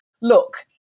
look